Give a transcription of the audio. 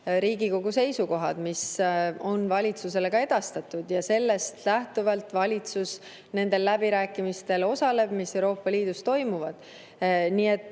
Riigikogu seisukohad. Need on valitsusele ka edastatud ja nendest lähtuvalt valitsus läbirääkimistel, mis Euroopa Liidus toimuvad, ka